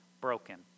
broken